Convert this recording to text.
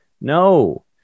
No